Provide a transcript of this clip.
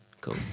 Cool